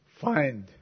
find